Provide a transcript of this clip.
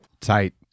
tight